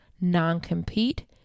non-compete